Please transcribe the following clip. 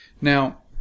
Now